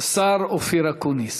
השר אופיר אקוניס.